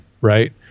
right